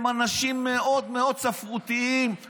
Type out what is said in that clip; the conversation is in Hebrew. הם אנשים מאוד מאוד ספרותיים,